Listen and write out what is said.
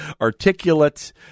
articulate